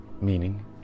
meaning